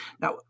Now